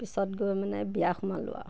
পিছত গৈ মানে বিয়া সোমালোঁ আৰু